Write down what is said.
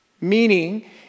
Meaning